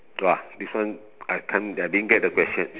!wah! this one I can't I didn't get the question